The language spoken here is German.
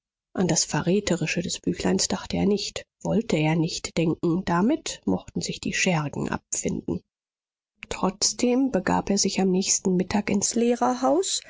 an das verräterische des büchleins dachte er nicht wollte er nicht denken damit mochten sich die schergen abfinden trotzdem begab er sich am nächsten mittag ins lehrerhaus